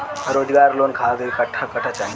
रोजगार लोन खातिर कट्ठा कट्ठा चाहीं?